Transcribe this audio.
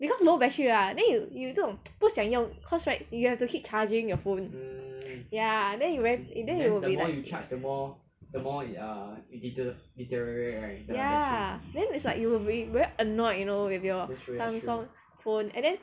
because low battery right then you 有这种不想用 cause right you have to keep charging your phone ya then you very then you be like ya then is like you will be very annoyed you know with your Samsung phone and then